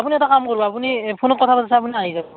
আপুনি এটা কাম কৰিব আপুনি এই ফোনত কথা পাতাত চাই আপুনি আহি যাব